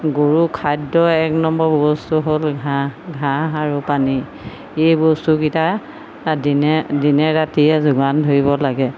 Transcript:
গৰুৰ খাদ্যৰ এক নম্বৰ বস্তু হ'ল ঘাঁহ ঘাঁহ আৰু পানী এই বস্তুকেইটা দিনে দিনে ৰাতিয়ে যোগান ধৰিব লাগে